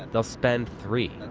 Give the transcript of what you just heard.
they'll spend three.